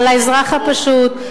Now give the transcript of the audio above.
על האזרח הפשוט,